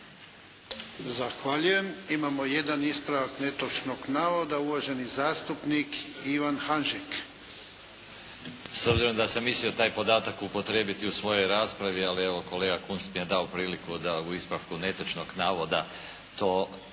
Zahvaljujem. Imamo jedan ispravak netočnog navoda. Uvaženi zastupnik Ivan Hanžek. **Hanžek, Ivan (SDP)** S obzirom da sam mislio taj podatak upotrijebiti u svojoj raspravi, ali evo kolega Kunst mi je dao priliku da u ispravku netočnog navoda to kažem.